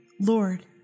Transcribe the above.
Lord